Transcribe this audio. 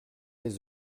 des